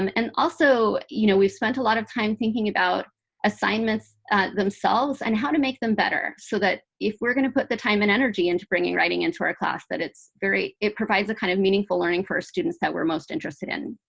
um and also, you know, we spent a lot of time thinking about assignments themselves and how to make them better so that if we're going to put the time and energy into bringing writing into our class, that it provides a kind of meaningful learning for our students that we're most interested in.